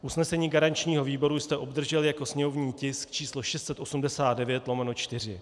Usnesení garančního výboru jste obdrželi jako sněmovní tisk č. 689/4.